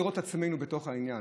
לראות את עצמנו בתוך העניין.